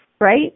Right